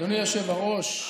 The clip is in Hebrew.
אדוני היושב-ראש,